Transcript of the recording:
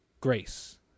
grace